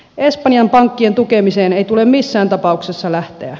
espanjan pankkien tukemiseen ei tule missään tapauksessa lähteä